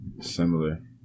Similar